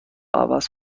عوض